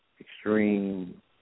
extreme